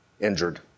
injured